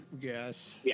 Yes